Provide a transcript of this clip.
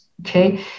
okay